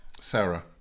Sarah